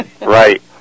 Right